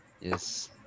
Yes